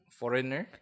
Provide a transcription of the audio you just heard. foreigner